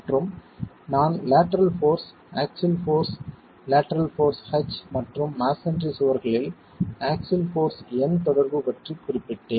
மற்றும் நான் lateral force axial force lateral force H மற்றும் மஸோன்றி சுவர்களில் ஆக்ஸில் போர்ஸ் N தொடர்பு பற்றி குறிப்பிட்டேன்